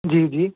ਜੀ ਜੀ